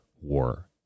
war